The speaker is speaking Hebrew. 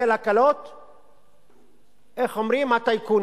אתה יכול להתחיל לדבר וכשהוא ייכנס נתחיל שלוש דקות,